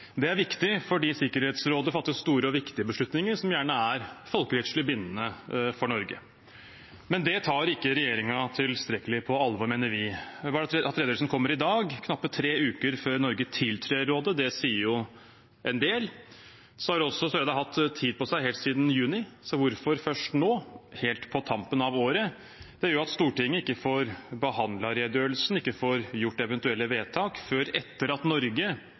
Sikkerhetsrådet er viktig, fordi Sikkerhetsrådet fatter store og viktige beslutninger som gjerne er folkerettslig bindende for Norge. Men det tar ikke regjeringen tilstrekkelig på alvor, mener vi. Bare at redegjørelsen kommer i dag, knappe tre uker før Norge tiltrer rådet, sier jo en del. Søreide har hatt tid på seg helt siden juni, så hvorfor først nå, helt på tampen av året? Det gjør at Stortinget ikke får behandlet redegjørelsen, ikke får gjort eventuelle vedtak, før etter at Norge